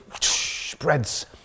spreads